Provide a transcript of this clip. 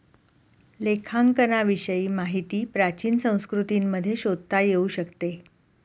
लेखांकनाविषयी माहिती प्राचीन संस्कृतींमध्ये शोधता येऊ शकते